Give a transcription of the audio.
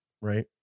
right